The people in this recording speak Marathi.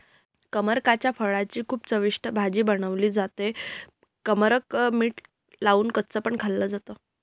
कमरकाच्या फळाची खूप चविष्ट भाजी बनवली जाते, कमरक मीठ लावून कच्च पण खाल्ल जात